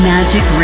Magic